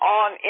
on